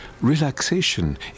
relaxation